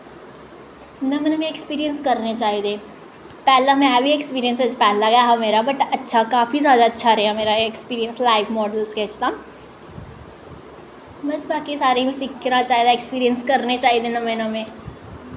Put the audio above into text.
नमें नमें ऐक्सप्रैशन करने चाहिदे पैह्लें में बी ऐक्सप्रैशन पैह्ला गै हा बट अच्छा काफी अच्छा रेहा मेरा ऐक्सप्रैशन लाईव मॉडल स्कैच दा में ते आक्खनी सारें गी सिक्खना चाहिदा ऐक्सप्रैशन करने चाहिदे नमें नमें